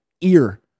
ear